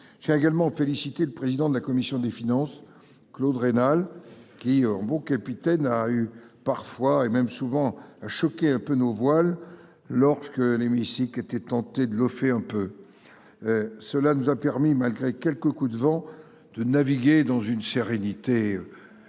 S'est également félicité le président de la commission des finances Claude Raynal qui, en bon Capitaine a eu parfois et même souvent à choquer un peu nos voiles lorsque l'hémicycle était tenté de le fait un peu. Cela nous a permis malgré quelques coups de vent de naviguer dans une sérénité.